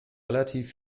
relativ